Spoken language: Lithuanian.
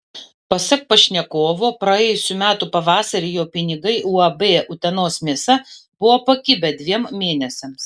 pasak pašnekovo praėjusių metų pavasarį jo pinigai uab utenos mėsa buvo pakibę dviem mėnesiams